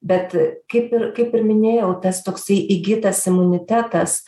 bet kaip ir kaip ir minėjau tas toksai įgytas imunitetas